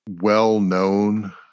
well-known